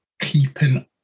keeping